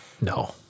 no